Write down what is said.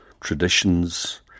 traditions